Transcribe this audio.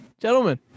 Gentlemen